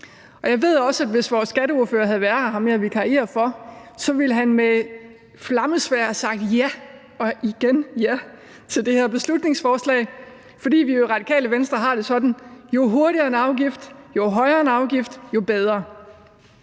Jeg ved også, at hvis vores skatteordfører havde været her – altså ham, jeg vikarierer for – så ville han med flammesværdet i hånd have sagt ja og atter ja til det her beslutningsforslag, fordi vi i Radikale Venstre har det sådan, at jo hurtigere der kommer en afgift, og jo højere den er, jo bedre.